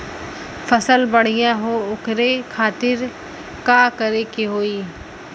फसल बढ़ियां हो ओकरे खातिर का करे के होई?